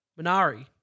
Minari